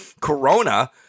Corona